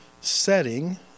setting